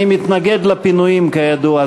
אני מתנגד לפינויים כידוע,